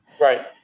right